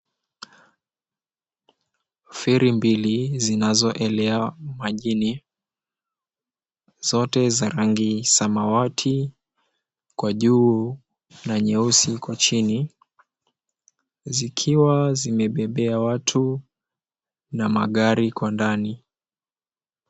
Feri mbili zinazoelea majini zote za rangi samawati kwa juu na nyeusi kwa chini zikiwa zimebebea watu na magari kwa ndani.